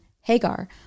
Hagar